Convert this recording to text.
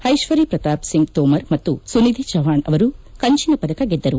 ಐಶ್ವರಿ ಪ್ರತಾಪ್ ಸಿಂಗ್ ತೋಮರ್ ಮತ್ತು ಸುನಿಧಿ ಚೌಹಾಣ್ ಅವರು ಕಂಚಿನ ಪದಕ ಗೆದ್ದರು